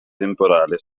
temporale